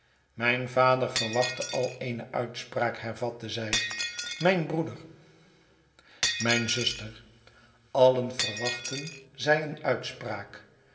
mijn vader verwachtte al eene uitspraak hervatte zij mijn broeder mijne zuster allen verwachtten zij eene uitspraak